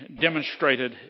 demonstrated